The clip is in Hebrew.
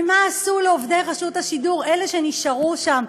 ומה עשו לעובדי רשות השידור, אלה שנשארו שם?